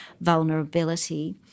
vulnerability